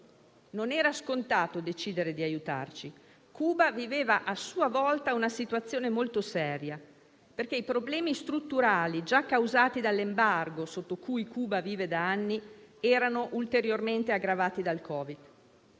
Non era scontato decidere di aiutarci. Cuba viveva, a sua volta, una situazione molto seria, perché i problemi strutturali, già causati dall'embargo sotto cui Cuba vive da anni, erano ulteriormente aggravati dal Covid-19.